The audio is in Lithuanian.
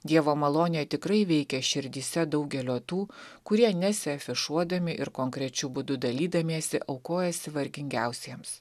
dievo malonė tikrai veikia širdyse daugelio tų kurie nesiafišuodami ir konkrečiu būdu dalydamiesi aukojasi vargingiausiems